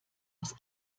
aus